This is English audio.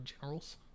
generals